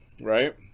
right